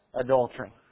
adultery